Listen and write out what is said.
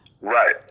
Right